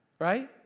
right